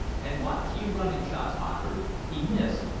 and what few running shots offered, he missed,